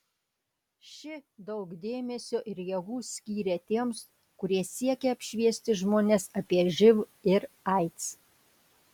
ši daug dėmesio ir jėgų skyrė tiems kurie siekia apšviesti žmones apie živ ir aids